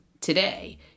today